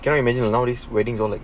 can you imagine nowadays wedding gonna